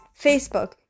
Facebook